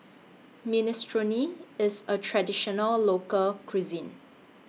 Minestrone IS A Traditional Local Cuisine